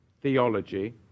theology